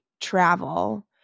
travel